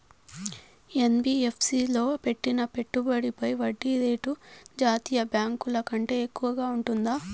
NBFC లో పెట్టిన పెట్టుబడి పై వడ్డీ రేటు జాతీయ బ్యాంకు ల కంటే ఎక్కువగా ఉంటుందా?